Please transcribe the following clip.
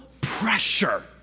pressure